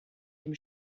dem